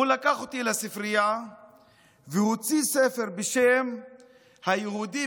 הוא לקח אותי לספרייה והוציא ספר בשם היהודים